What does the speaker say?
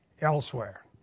elsewhere